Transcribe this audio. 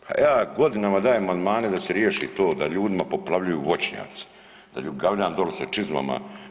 Pa ja godinama dajem amandmane da se riješi to da ljudima poplavljuju voćnjaci, da … [[ne razumije se]] dolje sa čizmama.